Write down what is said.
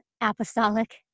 apostolic